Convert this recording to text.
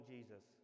Jesus